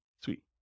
Sweet